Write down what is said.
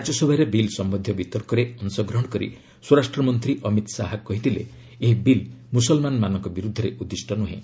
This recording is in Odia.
ରାଜ୍ୟସଭାରେ ବିଲ୍ ସମ୍ଭନ୍ଧୀୟ ବିତର୍କରେ ଅଂଶଗ୍ରହଣ କରି ସ୍ୱରାଷ୍ଟ୍ରମନ୍ତ୍ରୀ ଅମିତ ଶାହା କହିଥିଲେ ଏହି ବିଲ୍ ମୁସଲମାନମାନଙ୍କ ବିରୁଦ୍ଧରେ ଉଦ୍ଦିଷ୍ଟ ନୁହେଁ